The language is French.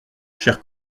chers